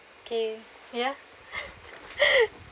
okay ya